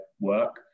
work